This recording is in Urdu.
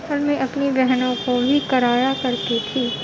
اور میں اپنی بہنوں کو بھی کرایا کرتی تھی